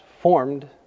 formed